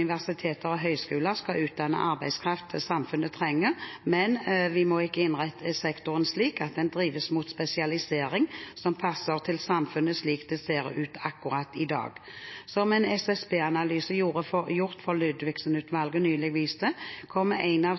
«Universiteter og høyskoler skal utdanne arbeidskraft samfunnet trenger, men vi må ikke innrette sektoren slik at den drives mot spesialisering som passer til samfunnet slik det ser ut akkurat i dag. Som en SSB-analyse gjort for Ludvigsen-utvalget nylig viste, kommer en av